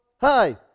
Hi